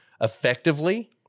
effectively